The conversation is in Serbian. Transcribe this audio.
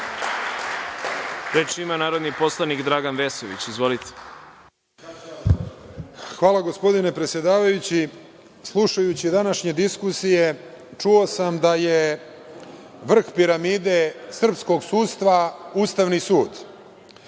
Hvala, gospodine predsedavajući. Slušajući današnje diskusije, čuo sam da je vrh piramide srpskog sudstva Ustavni sud.